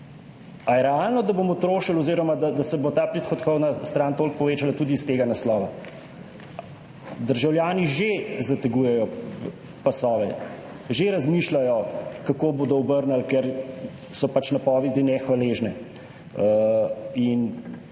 Ali je realno, da bomo trošili oziroma da se bo ta prihodkovna stran toliko povečala tudi iz tega naslova? Državljani že zategujejo pasove, že razmišljajo, kako bodo obrnili, ker so pač napovedi nehvaležne. Po